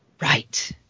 Right